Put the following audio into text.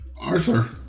Arthur